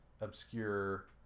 obscure